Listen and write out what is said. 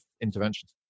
interventions